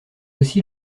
aussi